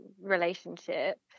relationship